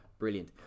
brilliant